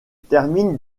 termine